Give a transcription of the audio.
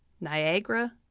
niagara